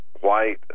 white